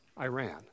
Iran